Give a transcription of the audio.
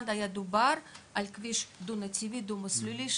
היה דיבור על כביש דו נתיבי ודו מסלולי,